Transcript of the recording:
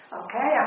okay